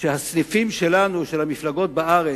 שהסניפים שלנו, של המפלגות בארץ,